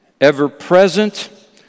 ever-present